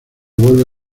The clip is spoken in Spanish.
vuelve